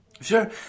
Sure